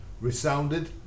resounded